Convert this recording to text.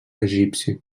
egipci